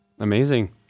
Amazing